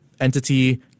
entity